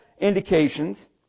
indications